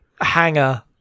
hanger